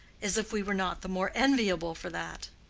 as if we were not the more enviable for that!